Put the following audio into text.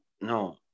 no